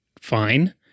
fine